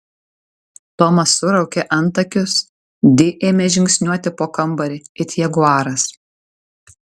tomas suraukė antakius di ėmė žingsniuoti po kambarį it jaguaras